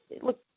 look